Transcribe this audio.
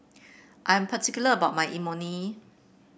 I am particular about my Imoni